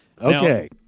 Okay